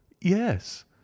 yes